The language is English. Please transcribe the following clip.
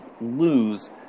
lose